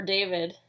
David